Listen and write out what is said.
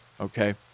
okay